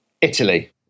Italy